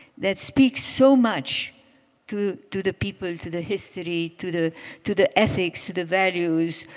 that speaks so much to to the people, to the history, to the to the ethics, to the values,